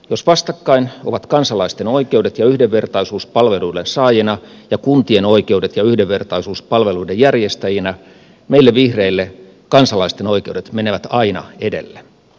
jos vastakkain ovat kansalaisten oikeudet ja yhdenvertaisuus palveluiden saajina ja kuntien oikeudet ja yhdenvertaisuus palveluiden järjestäjinä meille vihreille kansalaisten oikeudet menevät aina edelle